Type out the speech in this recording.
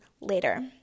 later